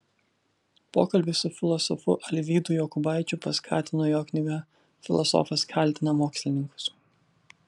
pokalbį su filosofu alvydu jokubaičiu paskatino jo knyga filosofas kaltina mokslininkus